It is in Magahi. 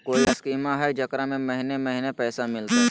कोइ स्कीमा हय, जेकरा में महीने महीने पैसा मिलते?